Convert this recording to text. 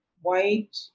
white